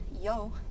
Yo